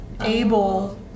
able